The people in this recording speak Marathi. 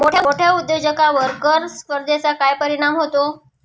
मोठ्या उद्योजकांवर कर स्पर्धेचा काय परिणाम होतो?